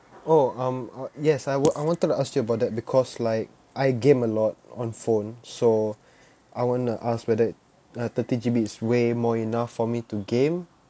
oh um yes I want I want to like ask you about that because like I game a lot on phone so I want to ask whether uh thirty G_B is way more enough for me to game